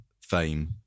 fame